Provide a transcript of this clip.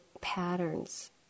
patterns